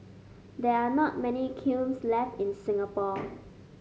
there are not many kilns left in Singapore